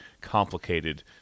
complicated